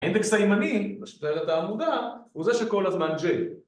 האינדקס הימני, מה שמתאר את העמודה, הוא זה שכל הזמן J